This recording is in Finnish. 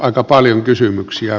aika paljon kysymyksiä